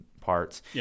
parts